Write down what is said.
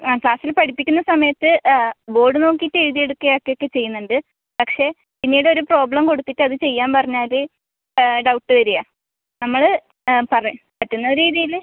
ആ ക്ലാസ്സിൽ പഠിപ്പിക്കുന്ന സമയത്ത് ബോർഡ് നോക്കീട്ട് എഴുതി എടുക്കുക ആക്കുക ഒക്കെ ചെയ്യുന്നണ്ട് പക്ഷെ പിന്നീട് ഒരു പ്രോബ്ലെം കൊടുത്തിട്ട് അത് ചെയ്യാൻ പറഞ്ഞാൽ ഡൗട്ട് വരുക നമ്മൾ പറയാൻ പറ്റുന്ന രീതിയിൽ